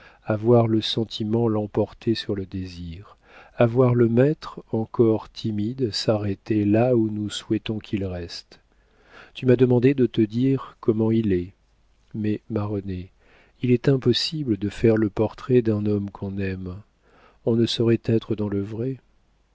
voir le sentiment l'emporter sur le désir à voir le maître encore timide s'arrêter là où nous souhaitons qu'il reste tu m'as demandé de te dire comment il est mais ma renée il est impossible de faire le portrait d'un homme qu'on aime on ne saurait être dans le vrai